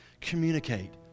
communicate